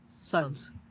Sons